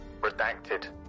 redacted